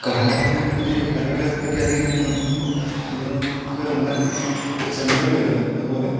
കലാകാരൻമാരെ പറ്റി കലകളെ ഒക്കെ പറ്റി അറിയാനായിട്ട് നമുക്ക് ഇപ്പോൾ ഇവിടെ നമുക്ക് അങ്ങനെ സെൻ്ററുകളില്ല അതുപോലെ